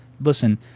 listen